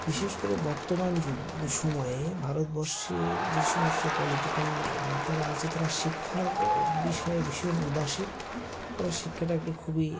বিশেষ করে বর্তমান যুগ সময়ে ভারতবর্ষের যে সমস্ত পলিটিকাল নেতারা আছে তারা শিক্ষার বিষয়ে ভীষণ উদাসীন তারা শিক্ষাটাকে খুবই